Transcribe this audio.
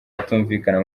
atumvikana